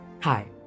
Hi